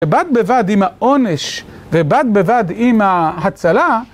בד בבד עם העונש, ובד בבד עם ההצלה